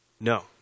No